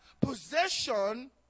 possession